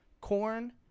corn